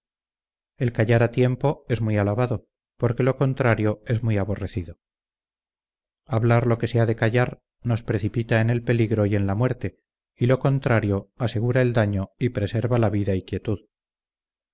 el callar a tiempo es muy alabado porque lo contrario es muy aborrecido hablar lo que se ha de callar nos precipita en el peligro y en la muerte y lo contrario asegura el daño y preserva la vida y quietud